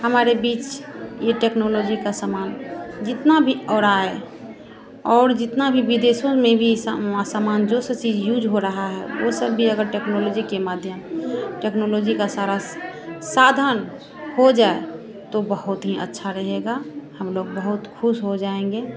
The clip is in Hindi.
हमारे बीच यह टेक्नोलॉजी का सामान जितना भी और आए और जितना भी विदेशों में भी सामान जो सा चीज़ यूज हो रहा है वह सब भी अगर टेक्नोलॉजी के माध्यम टेक्नोलॉजी का सारा साधन हो जाए तो बहुत ही अच्छा रहेगा हम लोग बहुत ख़ुश हो जाएँगे